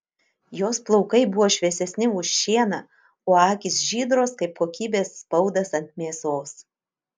jos plaukai buvo šviesesni už šieną o akys žydros kaip kokybės spaudas ant mėsos